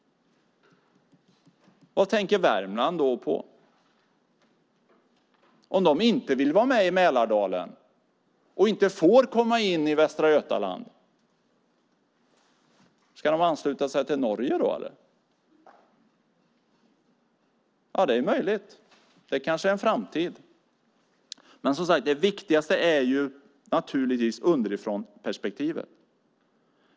Vad tänker Värmland då på? Om de inte vill vara med i Mälardalen och inte får komma in i Västra Götaland, ska de ansluta sig till Norge då? Det är möjligt. Det kanske är en framtid. Men, som sagt, det viktigaste är underifrånperspektivet.